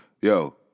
yo